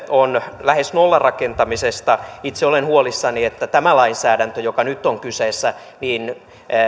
on lähes nollarakentamisesta itse olen huolissani että tämä lainsäädäntö joka nyt on kyseessä